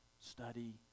study